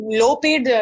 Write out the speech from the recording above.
low-paid